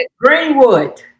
Greenwood